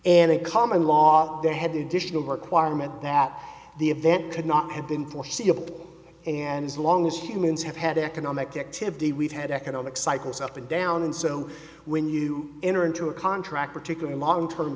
and a common law they had to dish no requirement that the event could not have been foreseeable and as long as humans have had economic activity we've had economic cycles up and down and so when you enter into a contract particularly long term